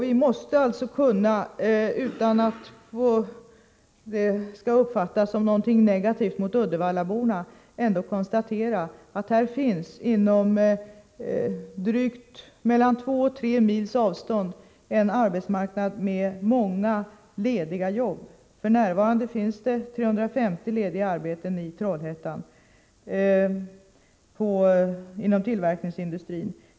Vi måste dock kunna konstatera, utan att det skall uppfattas som någonting negativt gentemot Uddevallaborna, att det på två till tre mils avstånd finns en arbetsmarknad med många lediga jobb. F.n. finns det 350 lediga arbeten i Trollhättan inom tillverkningsindustrin.